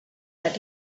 that